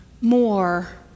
more